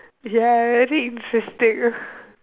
ya very interested